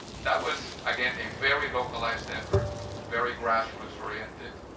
that was again a very localized effort very grassroots oriented.